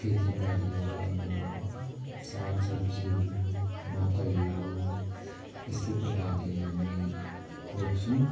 खेती बालीहरू अब साग सब्जीहरू मकैहरू यस्तै प्रकारले हामी रोप्छौँ